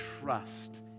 trust